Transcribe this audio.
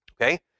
okay